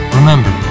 Remember